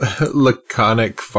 laconic